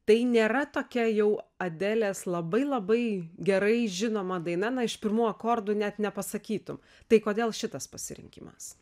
tai nėra tokia jau adelės labai labai gerai žinoma daina na iš pirmų akordų net nepasakytum tai kodėl šitas pasirinkimas